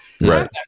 Right